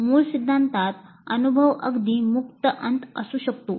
मूळ सिद्धांतात अनुभव अगदी मुक्त अंत असू शकतो